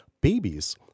babies